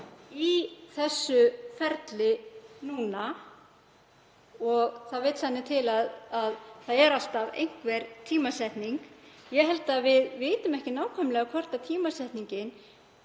í þessu ferli núna. Það vill þannig til að það er alltaf einhver tímasetning. Ég held að við vitum ekki nákvæmlega hvort tímasetningin